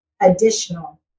additional